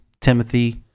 Timothy